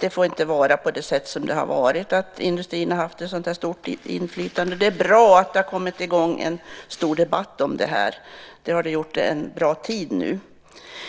Det får inte vara på det sätt som det har varit, nämligen att industrin har haft ett så stort inflytande. Det är bra att det har kommit i gång en stor debatt om det här. Så har det varit under en tid nu.